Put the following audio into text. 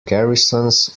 garrisons